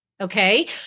okay